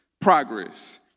progress